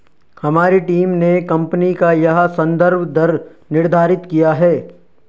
हमारी टीम ने कंपनी का यह संदर्भ दर निर्धारित किया है